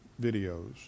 videos